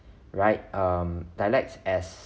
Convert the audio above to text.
right um dialects as